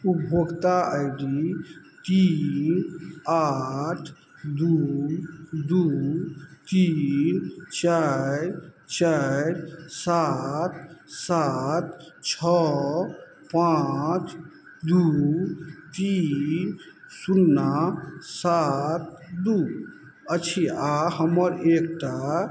उपभोक्ता I D तीन आठ दुइ दुइ तीन चारि चारि सात सात छओ पाँच दुइ तीन सुन्ना सात दुइ अछि आओर हमर एकटा